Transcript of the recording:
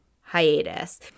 hiatus